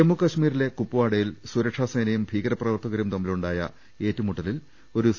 ജമ്മുകശ്മീരിലെ കുപ്വാഡയിൽ സുരക്ഷാസേനയും ഭീകരപ്ര വർത്തകരും തമ്മിലുണ്ടായ ഏറ്റുമുട്ടലിൽ ഒരു സി